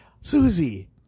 Susie